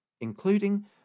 including